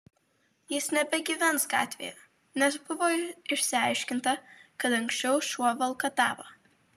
jis nebegyvens gatvėje nes buvo išsiaiškinta kad anksčiau šuo valkatavo